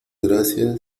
gracias